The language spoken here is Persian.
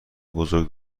بزرگ